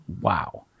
Wow